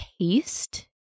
taste